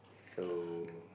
so